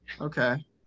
Okay